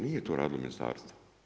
Nije to radilo ministarstvo.